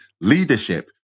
leadership